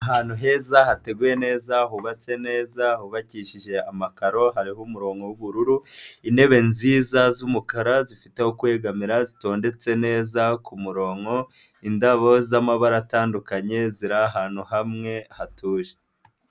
Ahantu heza hateguwe neza hubatse neza hubakishije amakaro, hariho umuronko w'ubururu, intebe nziza z'umukara zifite aho kwegamira zitondetse neza ku murongo, indabo z'amabara atandukanye ziri ahantu hamwe hatuje.